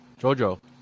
Jojo